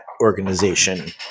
organization